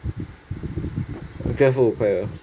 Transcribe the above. Grab food 五块二